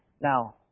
Now